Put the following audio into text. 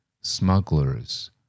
Smugglers